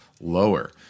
lower